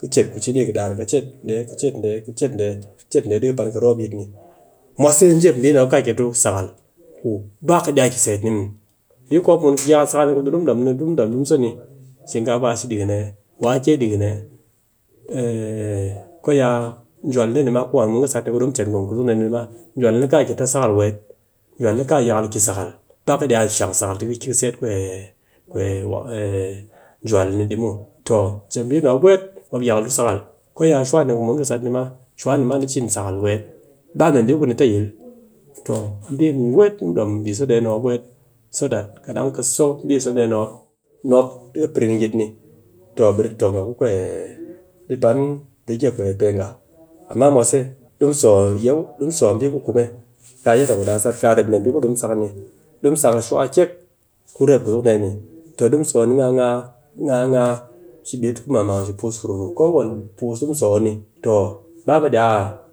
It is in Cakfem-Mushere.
Ka chet ku cini, ɗaar ka chet dee, ka chet dee, ka chet dee, ka chet dee di pan ka roop yit ni dɨ. Mwase jep mbi ni mop ka ki tu sakal ku ba ku ba ka iya seet ni muw. Mbi ku mop mun yakal sakal ni ku dee di mu domni, shinkafa shi ɗikin ee, wake ɗiki nee ko ya juwal dee ni ma ku mun kɨ sat, ku di mu chet gwom kuzuk ni ma, juwal ni ka ki ta sakal weet, juwal ni ka yakal ki sakal, ba ka shang sakal ti ka ki ka seet juwal ni di muw. Toh jep mbi ni mop weet mop yakal tu sakal, ko ya shuwa ni ku mun ki sat ni ma, shuwa ni ma ni cin sakal weet, ba mee mbi ku ni ta yil, toh a mbi ni weet ki dom mbi so dee mop weet so that, kat ɗangka so mbi so dee ni mop, dɨ ka piring yit ni, toh ɓe di tong nga ku di pan rege nga, amma mwase di mu so giyong, du mu, a mbi ku kume, ka yadda ku na sat, kaa rep mee mbi ku dɨ mu sak ni, di sak a shuwa kyek, ku rep kuzuk dee ni, di mu so a ni ngaa ngaa, shi bit ku mang mang, shi puus ku ru ru, kowane wane puus di mu so a ni toh ba mu iya